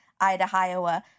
Idaho